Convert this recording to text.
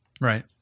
Right